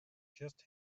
just